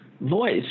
voice